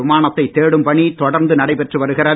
விமானத்தை தேடும் பணி தொடர்ந்து நடைபெற்று வருகிறது